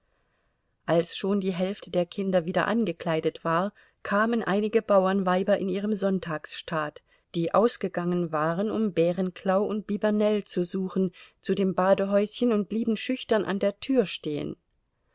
als schon die hälfte der kinder wieder angekleidet war kamen einige bauernweiber in ihrem sonntagsstaat die ausgegangen waren um bärenklau und bibernell zu suchen zu dem badehäuschen und blieben schüchtern an der tür stehen